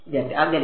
വിദ്യാർത്ഥി അകലെ